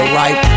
right